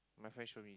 my friend show me